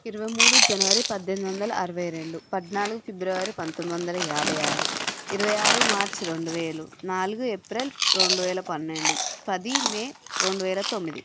ఇరవై మూడు జనవరి పద్ధెనిమిది వందల అరవై రెండు పద్నాలుగు ఫిబ్రవరి పంతొమ్మిది వందల యాభై ఆరు ఇరవై ఆరు మార్చ్ రెండు వేలు నాలుగు ఏప్రిల్ రెండు వేల పన్నెండు పది మే రెండువేల తొమ్మిది